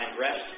rest